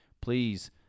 please